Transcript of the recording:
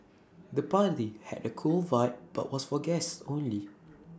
the party had A cool vibe but was for guests only